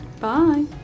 Bye